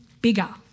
bigger